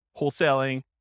wholesaling